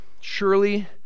Surely